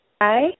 Hi